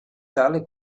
tale